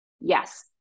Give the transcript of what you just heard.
Yes